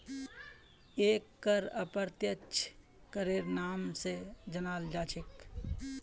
एक कर अप्रत्यक्ष करेर नाम स जानाल जा छेक